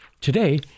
Today